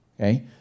Okay